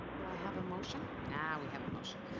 but i have a motion? now we have a motion.